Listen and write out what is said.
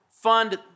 fund